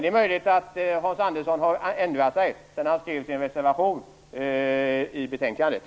Det är möjligt att Hans Andersson har ändrat sig sedan han skrev sin reservation i betänkandet.